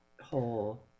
whole